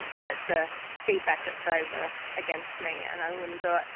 get the feedback that they were against me and i wouldn't do it.